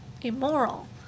immoral